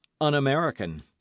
un-American